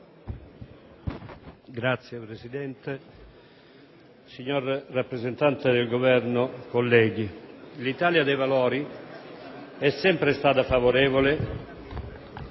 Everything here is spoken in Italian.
Signor Presidente, signor rappresentante del Governo, colleghi, l'Italia dei Valori è sempre stata favorevole